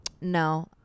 no